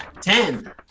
Ten